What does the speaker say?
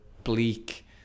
Bleak